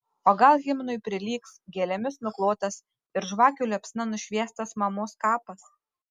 o gal himnui prilygs gėlėmis nuklotas ir žvakių liepsna nušviestas mamos kapas